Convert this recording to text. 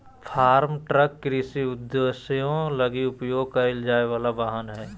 farm truck कृषि उद्देश्यों लगी उपयोग कईल जाय वला वाहन हइ